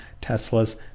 Tesla's